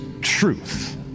truth